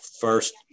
first